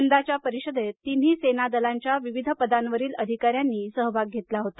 यंदाच्या परिषदेत तिन्ही सेना दलांच्या विविध पदांवरील अधिकाऱ्यांनी सहभाग घेतला होता